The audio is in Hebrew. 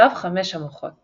שלב חמשת המוחות